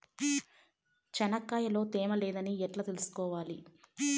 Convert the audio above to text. చెనక్కాయ లో తేమ లేదని ఎట్లా తెలుసుకోవాలి?